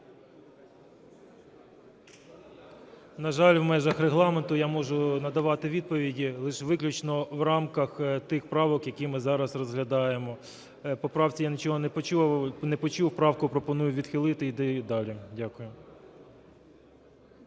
На жаль, в межах регламенту я можу надавати відповіді лише виключно в рамках тих правок, які ми зараз розглядаємо. По правці я нічого не почув. Правку пропоную відхилити і йти далі. Дякую.